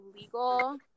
legal